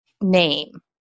name